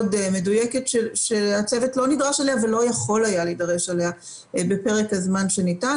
מדויקת שהצוות לא נדרש אליה ולא יכול היה להידרש אליה בפרק הזמן שניתן